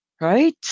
right